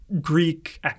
Greek